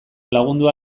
lagundu